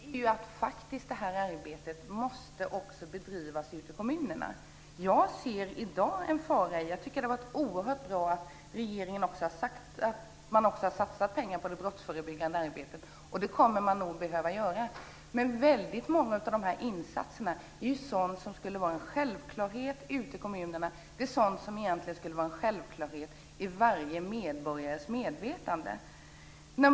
Fru talman! Ja, men det viktiga i sammanhanget är att detta arbete också måste bedrivas ute i kommunerna. Jag ser i dag en fara där och tycker att det är oerhört bra att regeringen har satsat pengar på det brottsförebyggande arbetet. Det kommer nog att behövas. Men väldigt många av de här insatserna borde vara en självklarhet ute i kommunerna och i varje medborgares medvetande.